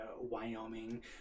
Wyoming